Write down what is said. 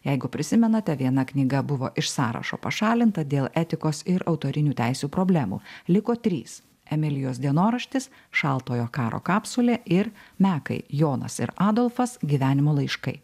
jeigu prisimenate viena knyga buvo iš sąrašo pašalinta dėl etikos ir autorinių teisių problemų liko trys emilijos dienoraštis šaltojo karo kapsulė ir mekai jonas ir adolfas gyvenimo laiškai